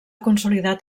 consolidat